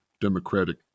democratic